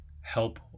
help